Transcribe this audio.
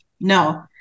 No